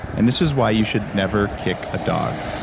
and this is why you should never kick a dog.